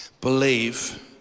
believe